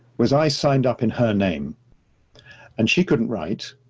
was i signed up in her name and she couldn't write.